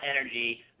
energy